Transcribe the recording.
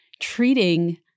treating